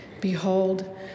Behold